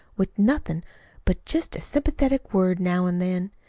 with nothin' but just a sympathetic word now an' then.